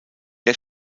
der